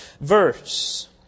verse